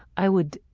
i would